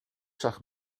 zag